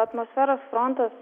atmosferos frontas